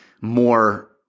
more